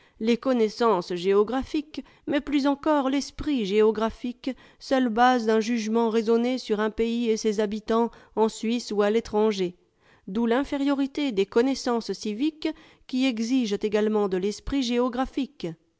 les connaissances géographiques mais plus encore y esprit géographique seule base d'un jugement raisonné sur un pays et ses habitants en suisse ou à l'étranger d'où l'infériorité des connaissances civiques qui exigent également de l'esprit sféographique